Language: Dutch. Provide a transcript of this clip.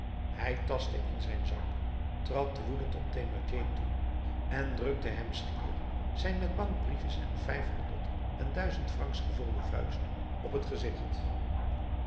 hij tastte in zijn zak trad woedend op thénardier toe en drukte hem schier zijn met bankbriefjes van vijfhonderd en duizend francs gevulde vuist op t gezicht